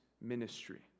ministry